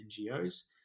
NGOs